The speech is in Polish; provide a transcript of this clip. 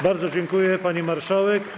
Bardzo dziękuję, pani marszałek.